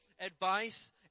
advice